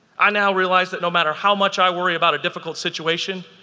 i now realize that no matter how much i worry about a difficult situation,